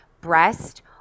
breast